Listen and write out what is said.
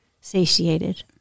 satiated